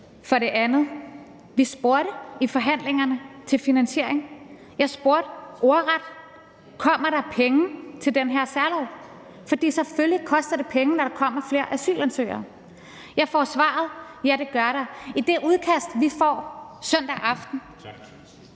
For det andet spurgte vi i forhandlingerne til finansiering. Jeg spurgte ordret: Kommer der penge til den her særlov? For selvfølgelig koster det penge, når der kommer flere asylansøgere. Jeg får svaret: Ja, det gør der. I det udkast, vi får søndag aften,